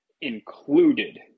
included